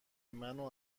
منو